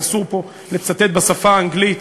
ואסור לצטט פה בשפה האנגלית.